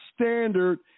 standard